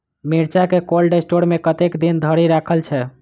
मिर्चा केँ cold store मे कतेक दिन धरि राखल छैय?